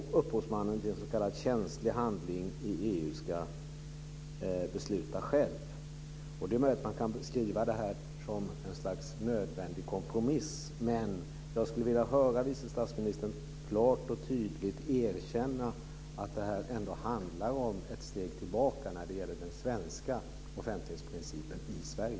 Upphovsmannen till en s.k. känslig handling i EU ska besluta själv. Det är möjligt att man kan beskriva detta som något slags nödvändigt kompromiss. Men jag skulle vilja höra vice statsministern klart och tydligt erkänna att detta ändå handlar om ett steg tillbaka när det gäller den svenska offentlighetsprincipen i Sverige.